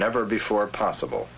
never before possible